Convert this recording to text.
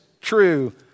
true